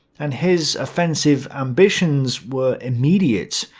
and his offensive ambitions were immediate,